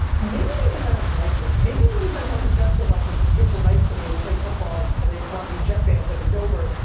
maybe because i don't like it. maybe the reason i love the jets so much is that the kids were nice to me and we played football, and they wanted to be jet fans and in dover.